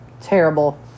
terrible